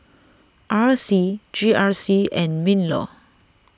R C G R C and MinLaw